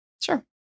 Sure